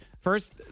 first